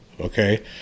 okay